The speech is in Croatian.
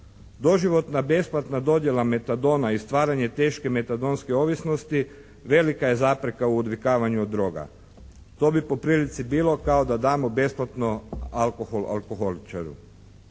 Doživotna besplatna dodjela metadona i stvaranje teške metadonske ovisnosti velika je zapreka u odvikavanju od droga. To bi po prilici bilo kao da damo besplatno alkohol alkoholičaru.